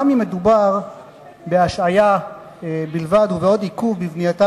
גם אם מדובר בהשעיה בלבד ובעוד עיכוב בבנייתה